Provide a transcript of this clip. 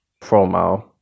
promo